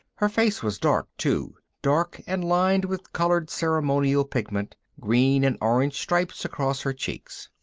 her face was dark, too, dark and lined with colored ceremonial pigment, green and orange stripes across her cheeks.